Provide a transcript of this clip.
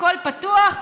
הכול פתוח,